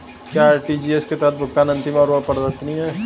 क्या आर.टी.जी.एस के तहत भुगतान अंतिम और अपरिवर्तनीय है?